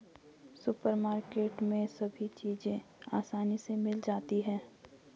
supermarket में सभी चीज़ें आसानी से मिल जाती है